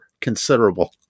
considerable